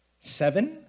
Seven